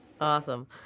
Awesome